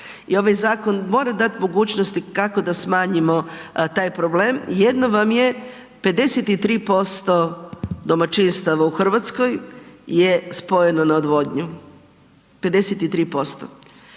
i ovaj zakon mora dati mogućnosti kako da smanjimo taj problem. Jedno vam je 53% domaćinstava u Hrvatskoj je spojeno na odvodnju, 53%.